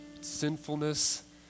sinfulness